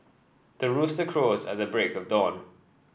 the rooster crows at the break of dawn